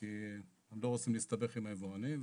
כי הם לא רוצים להסתבך עם היבואנים.